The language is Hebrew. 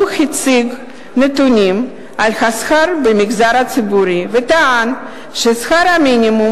הוא הציג נתונים על השכר במגזר הציבורי וטען ששכר המינימום